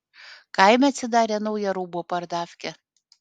kaime atsidarė nauja rūbų pardafkė